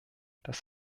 das